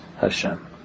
Hashem